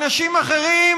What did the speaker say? אנשים אחרים